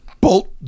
bolt